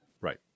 Right